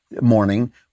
morning